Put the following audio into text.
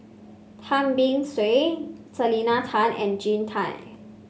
Tan Beng Swee Selena Tan and Jean Tay